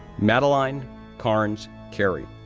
madeline carnes carey,